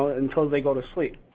ah until they go to sleep.